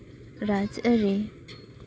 ᱨᱟᱡᱽᱟᱹᱨᱤ